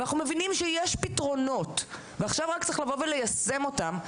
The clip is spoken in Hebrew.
ואנחנו מבינים שיש פתרונות ועכשיו רק צריך לבוא וליישם אותם,